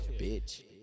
bitch